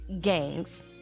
gangs